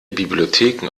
bibliotheken